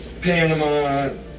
Panama